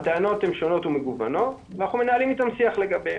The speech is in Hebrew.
הטענות הן שונות ומגוונות ואנחנו מנהלים איתם שיח לגביהן.